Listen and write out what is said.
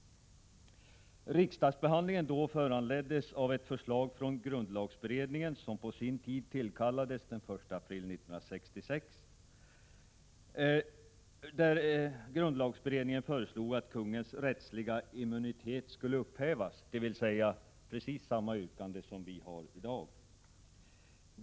Riksdagsbehandlingen då föranleddes av ett förslag från grundlagberedningen, som hade tillkallats den 1 april 1966, att konungens rättsliga immunitet skulle upphävas — dvs. precis samma yrkande som vi har i dag.